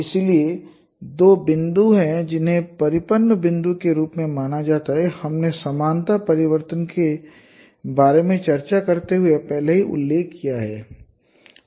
इसलिए दो बिंदु हैं जिन्हें परिपत्र बिंदु के रूप में जाना जाता है हमने समानता परिवर्तन के आक्रमणों के बारे में चर्चा करते हुए पहले ही उल्लेख किया है